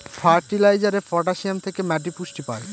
ফার্টিলাইজারে পটাসিয়াম থেকে মাটি পুষ্টি পায়